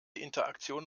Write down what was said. interaktion